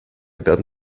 werden